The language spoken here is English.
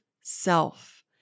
self